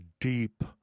deep